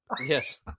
yes